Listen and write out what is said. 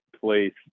place